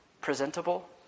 Presentable